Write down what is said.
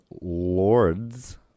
Lords